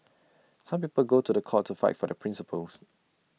some people go to The Court to fight for their principles